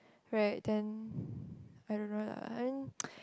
right then I don't know lah I think